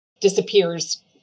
disappears